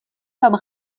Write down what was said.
comme